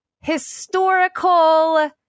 historical